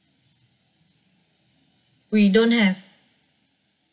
we don't have